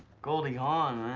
goldie hawn,